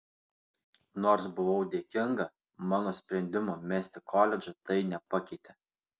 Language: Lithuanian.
nors buvau dėkinga mano sprendimo mesti koledžą tai nepakeitė